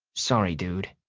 sorry, dude,